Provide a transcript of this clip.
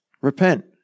Repent